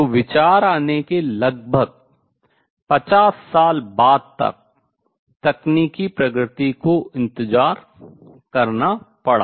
तो विचार आने के लगभग 50 साल बाद तक तकनीकी प्रगति को इंतजार करना पड़ा